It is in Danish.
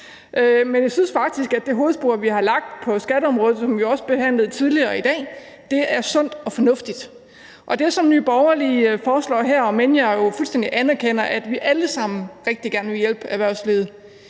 Men jeg synes faktisk, at det hovedspor, vi har lagt på skatteområdet, som vi jo også behandlede tidligere i dag, er sundt og fornuftigt. Med hensyn til det, som Nye Borgerlige foreslår her – om end jeg jo fuldstændig anerkender, at vi alle sammen rigtig gerne vil hjælpe erhvervslivet